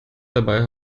dabei